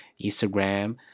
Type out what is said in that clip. Instagram